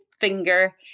finger